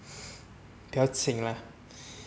不要请 lah